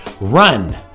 Run